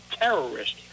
terrorist